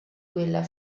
quella